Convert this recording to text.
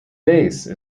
base